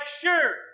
sure